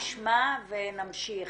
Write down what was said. נשמע ונמשיך.